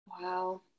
Wow